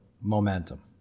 momentum